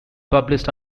published